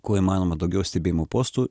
kuo įmanoma daugiau stebėjimo postų